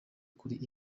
kuri